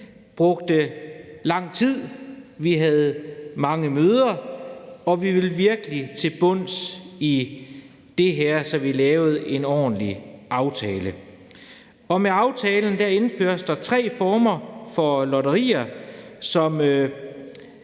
vi brugte lang tid med hinanden. Vi havde mange møder, og vi ville virkelig til bunds i det her, så vi kunne lave en ordentlig aftale. Med aftalen indføres der tre former for lotterier, som